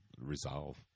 resolve